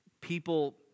people